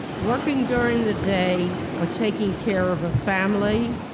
working during the day, or taking care of a family,